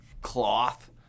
cloth